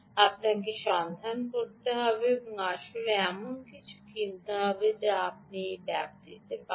আপনাকে সন্ধান করতে হবে এবং আসলে এমন কিছু কিনতে হবে যা আপনি এই ব্যাপ্তিতে পাবেন